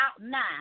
nine